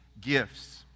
gifts